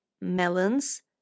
melons